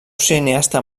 cineasta